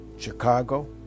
Chicago